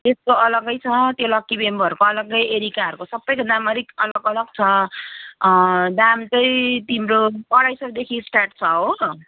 त्यसको अलगै छ त्यो लकी बेम्बोहरूको अलगै एरिकाहरूको सबैको दाम अलिक अलग अलग छ दाम चाहिँ तिम्रो अढाई सौदेखि स्टार्ट छ हो